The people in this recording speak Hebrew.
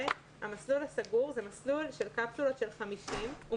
המסלול הסגור הוא של קפסולות של 50. הוא